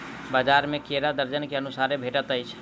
बजार में केरा दर्जन के अनुसारे भेटइत अछि